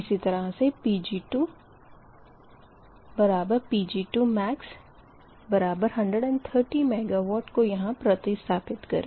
इसी तरह से Pg2Pg2max130 MW को यहाँ प्रतिस्थापित करें